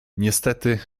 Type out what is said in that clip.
niestety